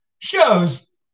shows